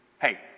Hey